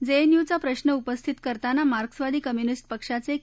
जेएनयूचा प्रश्न उपस्थित करताना मार्क्सवादी कम्युनिस्ट पक्षाचे के